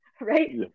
right